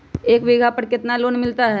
एक बीघा पर कितना लोन मिलता है?